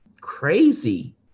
crazy